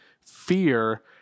fear